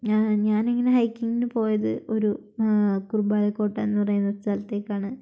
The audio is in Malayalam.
ഞാൻ ഞാനിങ്ങനെ ഹൈക്കിങ്ങിനു പോയത് ഒരു കുറുമ്പാലക്കോട്ട എന്നുപറയുന്ന ഒരു സ്ഥലത്തേയ്ക്കാണ്